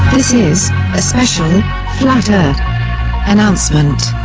this is a specially flattered announcement